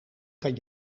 kan